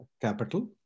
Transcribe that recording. capital